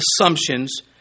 assumptions